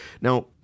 now